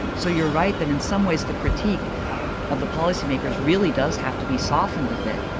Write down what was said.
so you're right that in some ways the critique of the policymakers really does have to be softened a bit.